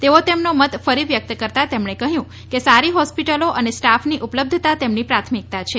તેવો તેમનો મત ફરી વ્યક્ત કરતા તેમણે કહ્યું કે સારી હોસ્પિટલો અને સ્ટાફની ઉપલબ્ધતા તેમની પ્રાથમિકતા છે